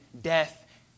death